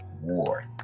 war